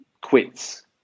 quits